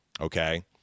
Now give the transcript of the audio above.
okay